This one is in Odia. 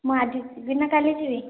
ମୁଁ ଆଜି ଯିବିନା କାଲି ଯିବି